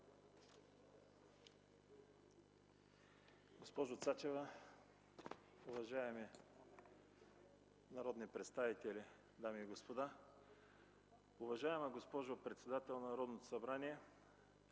Госпожо Цачева, уважаеми народни представители, дами и господа! Уважаема госпожо председател на Народното събрание,